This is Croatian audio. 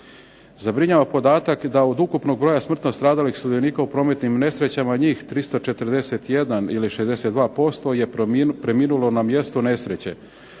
Zabrinjava podatak da od ukupnog broja smrtno stradalih sudionika u prometnim nesrećama njih 341 ili 62% je preminulo na mjestu nesreće,